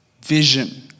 vision